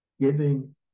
giving